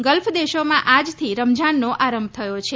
gulf દેશોમાં આજથી રમઝાનનો આરંભ થયો છે